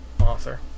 author